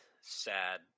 sad